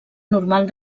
normal